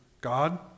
God